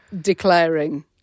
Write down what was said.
declaring